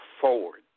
forward